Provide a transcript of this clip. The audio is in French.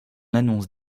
annonce